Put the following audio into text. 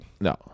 No